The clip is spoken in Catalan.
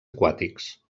aquàtics